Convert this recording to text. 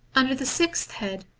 under the sixth head,